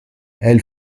elle